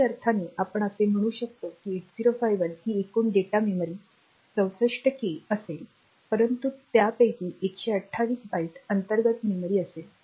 काही अर्थाने आपण असे म्हणू शकतो की 8051 ची एकूण डेटा मेमरी 64 के असेल परंतु त्यापैकी 128 बाइट अंतर्गत मेमरी असेल